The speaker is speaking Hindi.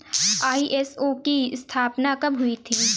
आई.एस.ओ की स्थापना कब हुई थी?